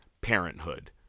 Parenthood